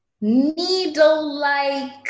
needle-like